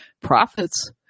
profits